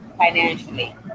financially